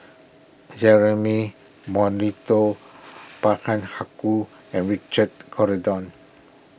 Jeremy Monteiro Haykal and Richard Corridon